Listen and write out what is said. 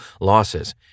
losses